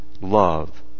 love